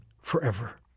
forever